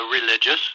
religious